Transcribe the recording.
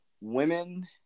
women